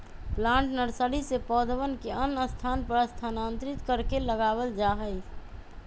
plant nursery से पौधवन के अन्य स्थान पर स्थानांतरित करके लगावल जाहई